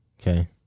Okay